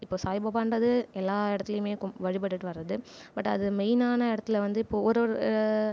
இப்போ சாய் பாபான்றது எல்லா இடத்திலியுமே கும் வழிபட்டுகிட்டு வரத்து பட் அது மெய்ன்னான இடத்துல வந்து இப்போ ஒரு ஒரு